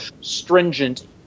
stringent